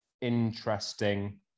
interesting